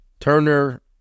Turner